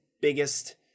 biggest